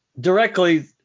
Directly